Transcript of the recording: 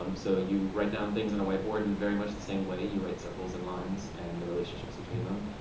um so you write down things on a white board in very much the same way, you write circles and lines and the relationships between them.